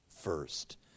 first